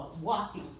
walking